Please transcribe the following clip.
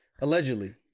allegedly